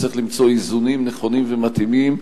נצטרך למצוא איזונים נכונים ומתאימים,